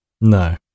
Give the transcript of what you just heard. No